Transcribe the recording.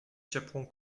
ciepłą